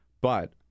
But-